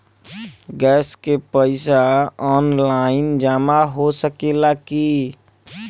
Gas के पइसा online जमा हो सकेला की?